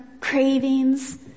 cravings